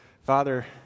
Father